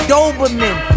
Doberman